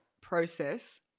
process